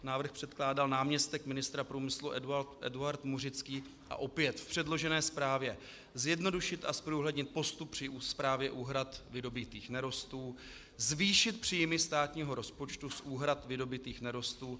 Návrh předkládal náměstek ministra průmyslu Eduard Muřický a opět v předložené zprávě zjednodušit a zprůhlednit postup při správě úhrad vydobytých nerostů, zvýšit příjmy státního rozpočtu z úhrad vydobytých nerostů atd. atd.